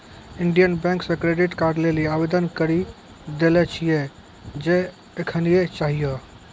Indian Bank से credit card लेली आवेदन करी देले छिए जे एखनीये चाहियो